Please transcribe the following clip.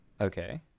okay